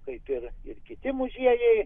kaip ir ir kiti muziejai